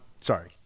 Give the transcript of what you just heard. sorry